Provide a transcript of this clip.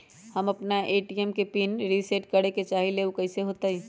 हम अपना ए.टी.एम के पिन रिसेट करे के चाहईले उ कईसे होतई?